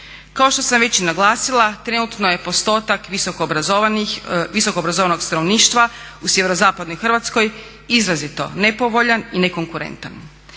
Kao što sam već i naglasila trenutno je postotak visokoobrazovanog stanovništva u sjeverozapadnoj Hrvatskoj izrazito nepovoljan i nekonkurentan.